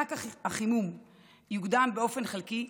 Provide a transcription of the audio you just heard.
מענק החימום יוקדם באופן חלקי,